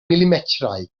milimetrau